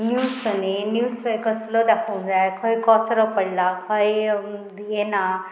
न्यूजनी news कसलो दाखोवंक जाय खंय कचरो पडला खंय येना